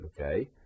Okay